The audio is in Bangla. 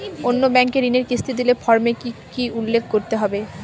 অন্য ব্যাঙ্কে ঋণের কিস্তি দিলে ফর্মে কি কী উল্লেখ করতে হবে?